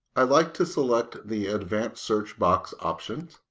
i like to select the advanced search box options